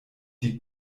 die